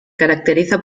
caracteriza